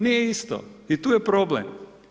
Nije isto i tu je problem.